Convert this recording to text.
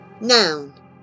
Noun